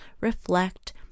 reflect